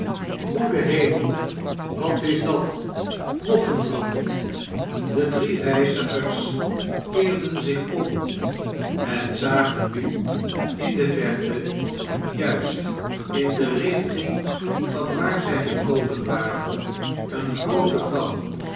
goede hemel wat is dat nog e de drie reizigers keerden zich om en zagen nu in de verte juist in de richting van waar zij gekomen waren eene groote vlam